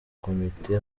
komite